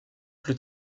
plus